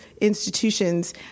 institutions